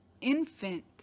infant